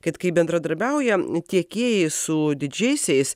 kad kai bendradarbiauja tiekėjai su didžiaisiais